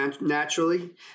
naturally